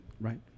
right